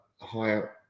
higher